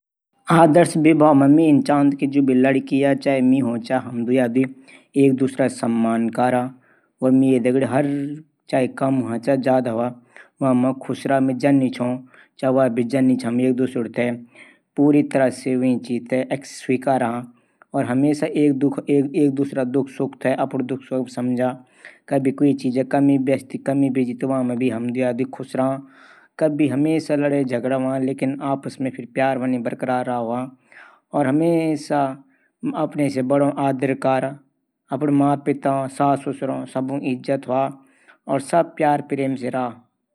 अगर क्वी भैर रैण वाली दोस्त मेथे मिलनू आंदी तू मि विंकू बुल्दु की कुर्ता सुलार पैन त मिकू यही बुल्द की एक थै पैक कारा। किले की कुर्ता सूट मा लडकी अच्छी लगदन।